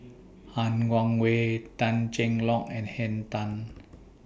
Han Guangwei Tan Cheng Lock and Henn Tan